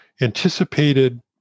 anticipated